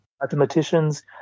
mathematicians